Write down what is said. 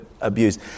abuse